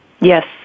Yes